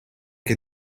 che